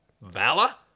Vala